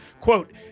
quote